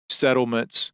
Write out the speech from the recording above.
Settlements